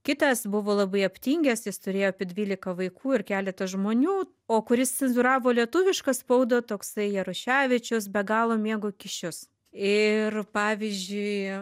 kitas buvo labai aptingęs jis turėjo apie dvylika vaikų ir keletas žmonių o kuris cenzūravo lietuvišką spaudą toksai jaruševičius be galo mėgo kyšius ir pavyzdžiui